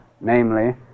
namely